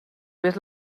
vés